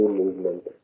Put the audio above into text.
movement